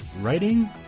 writing